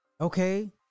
Okay